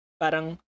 Parang